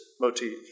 motif